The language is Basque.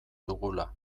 dugula